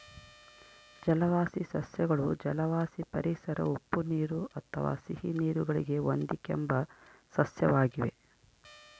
ಜಲವಾಸಿ ಸಸ್ಯಗಳು ಜಲವಾಸಿ ಪರಿಸರ ಉಪ್ಪುನೀರು ಅಥವಾ ಸಿಹಿನೀರು ಗಳಿಗೆ ಹೊಂದಿಕೆಂಬ ಸಸ್ಯವಾಗಿವೆ